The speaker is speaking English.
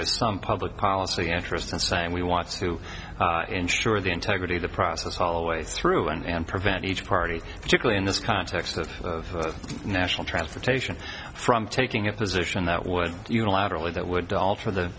is some public policy interest in saying we want to ensure the integrity of the process all the way through and prevent each party particularly in this context of national transportation from taking a position that would unilaterally that would alter the